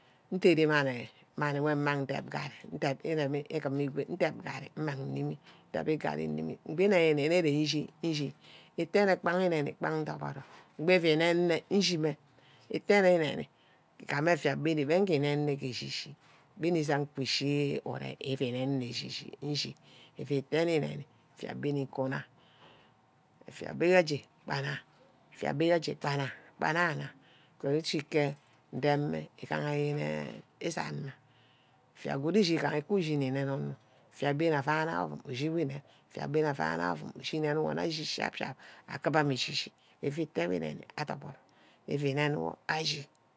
Ndere manni wo nduwo mmang ndep ngarrí. ígímme igo mmang ndep garri nnime. ndep garri nnime egbi înemi-mene nne j́enchi nchi. îtene k̉pa eneni kpa ndoboro. egbi ufu înene-ne nshî me eten îneni igame affía wo igínene ke echi chi. gbange îchi ke ure. ufu nenne echi-chi affía ítanene inemi affía bene nkuna. effia begga aje bana. effia begga aje bana. bana na, effia gud achi ke ndem meh îganne yener isan'ma. effía gud achi îgana ushi nni nene onor. effia beni auana ke ouum ushi we ínen. effia bani auana ke ouum ushi înen wo. nne achi sharp-sharp. aki ba echi-chi. effía íte wi nemi adorboro. ífí rub wor achi